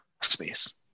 space